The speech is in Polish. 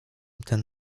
ten